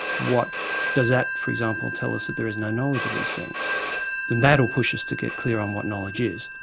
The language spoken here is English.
what does that, for example, tell us that there is no knowledge of these things? and that will push us to get clear on what knowledge is.